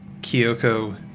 Kyoko